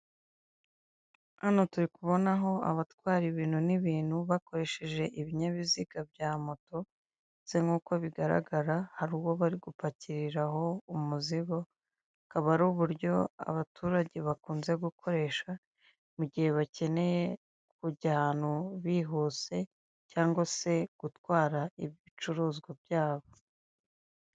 Hano turi kubonaho abatwara ibintu n'ibintu bakoresheje ibinyabiziga bya moto se nk'uko bigaragara hari uwo bari gupakiriraho umuzigo akaba ari uburyo abaturage bakunze gukoresha mu gihe bakeneye kujya ahantu bihuse cyangwa se gutwara ibicuruzwa byabo.